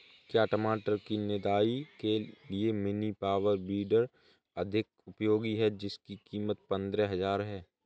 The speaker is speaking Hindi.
क्या टमाटर की निदाई के लिए मिनी पावर वीडर अधिक उपयोगी है जिसकी कीमत पंद्रह हजार है?